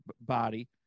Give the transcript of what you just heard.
body